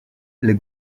les